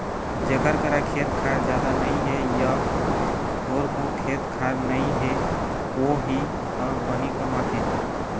जेखर करा खेत खार जादा नइ हे य थोरको खेत खार नइ हे वोही ह बनी कमाथे